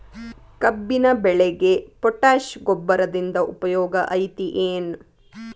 ಕಬ್ಬಿನ ಬೆಳೆಗೆ ಪೋಟ್ಯಾಶ ಗೊಬ್ಬರದಿಂದ ಉಪಯೋಗ ಐತಿ ಏನ್?